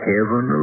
Heaven